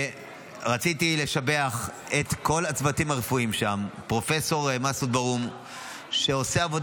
ורציתי לשבח את כל הצוותים הרפואיים שם ואת פרופ' מסעד ברהום,